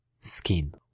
skin